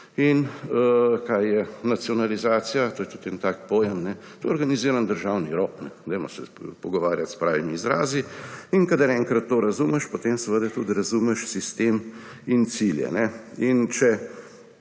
In kaj je nacionalizacija? To je tudi en tak pojem. To je organiziran državni rop. Dajmo se pogovarjati s pravimi izrazi. Kadar enkrat to razumeš, potem seveda tudi razumeš sistem in cilje.